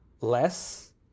less